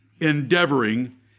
endeavoring